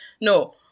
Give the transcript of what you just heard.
No